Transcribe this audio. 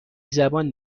زبان